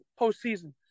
postseason